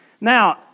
Now